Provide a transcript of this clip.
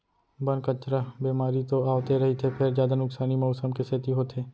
बन, कचरा, बेमारी तो आवते रहिथे फेर जादा नुकसानी मउसम के सेती होथे